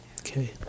Okay